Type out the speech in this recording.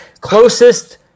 Closest